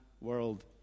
world